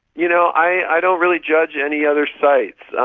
you know, i don't really judge any other sites.